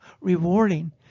rewarding